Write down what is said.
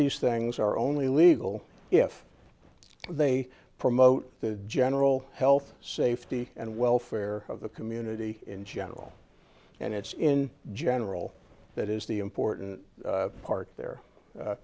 these things are only legal if they promote the general health safety and welfare of the community in general and it's in general that is the important part there